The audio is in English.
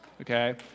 Okay